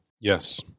Yes